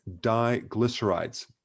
diglycerides